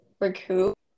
recoup